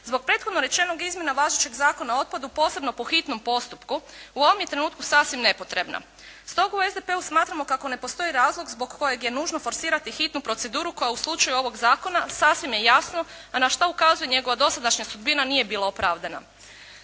Zbog prethodno rečenog izmjena važećeg Zakona o otpadu posebno po hitnom postupku u ovom je trenutku sasvim nepotrebna. Stoga u SDP-u smatramo kako ne postoji razlog zbog kojeg je nužno forsirati hitnu proceduru koja u slučaju ovog zakona sasvim je jasno a na što ukazuje njegova dosadašnja sudbina nije bila opravdana.